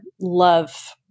love